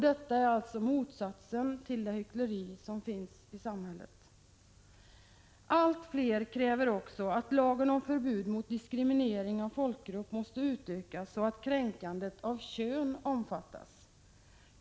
Detta är alltså motsatsen till det hyckleri som finns i samhället. Allt fler kräver också att lagen om förbud mot diskriminering av folkgrupp måste utökas så att kränkandet av kön omfattas.